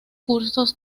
cursos